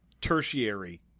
tertiary